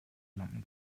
lampen